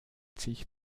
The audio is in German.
sich